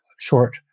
short